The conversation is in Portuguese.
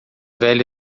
velho